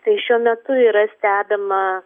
tai šiuo metu yra stebima